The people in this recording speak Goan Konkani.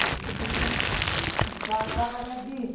दिता जाता जाल्यार दी